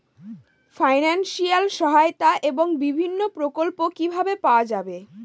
Financial সহায়তা এবং বিভিন্ন প্রকল্প কিভাবে পাওয়া যাবে?